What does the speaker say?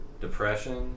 Depression